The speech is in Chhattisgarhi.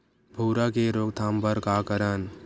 भूरा के रोकथाम बर का करन?